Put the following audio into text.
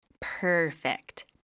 perfect